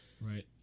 Right